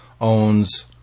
owns